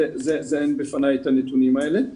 אין בפניי את הנתונים האלה.